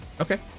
Okay